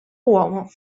uomo